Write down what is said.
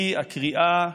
היא הקריאה: